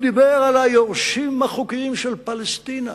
הוא דיבר על היורשים החוקיים של פלשתינה,